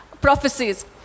prophecies